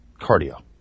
cardio